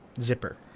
zipper